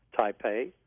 Taipei